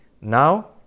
Now